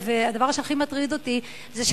הדבר שהכי מטריד אותי הוא,